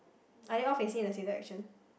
are they all facing in the same direction